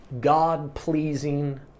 God-pleasing